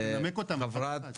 חברת